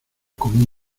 como